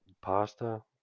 pasta